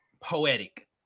Poetic